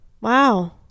Wow